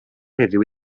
heddiw